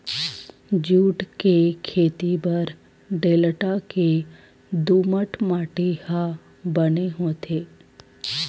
jute के खेती बर डेल्टा के दुमट माटी ह बने होथे